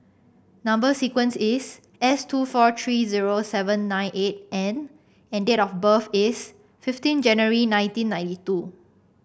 number sequence is S two four three zero seven nine eight N and date of birth is fifteen January nineteen ninety two